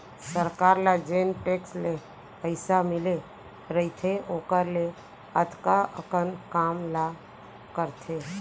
सरकार ल जेन टेक्स ले पइसा मिले रइथे ओकर ले अतका अकन काम ला करथे